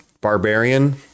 barbarian